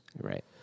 Right